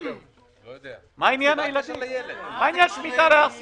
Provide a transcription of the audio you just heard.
מה עניין שמיטה להר סיני?